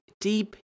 deep